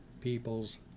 people's